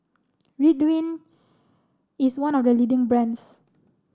Ridwind is one of the leading brands